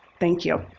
thank you.